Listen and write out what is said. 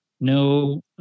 No